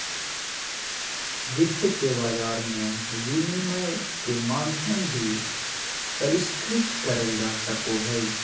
वित्त के बाजार मे विनिमय के माध्यम भी परिष्कृत करल जा सको हय